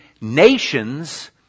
nations